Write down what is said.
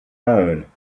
loan